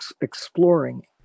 exploring